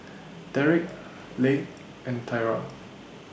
Derik Leigh and Tyra